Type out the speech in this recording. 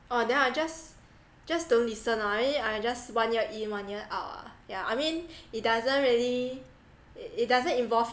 oh then I'll just just don't listen lor I mean I just one year in one year our ah I mean it doesn't really it doesn't involve